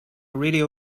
radio